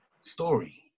story